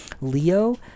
Leo